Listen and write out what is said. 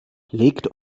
legt